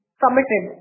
committed